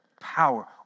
power